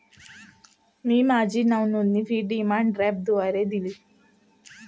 मी माझी नावनोंदणी fee demand ड्राफ्टद्वारे दिली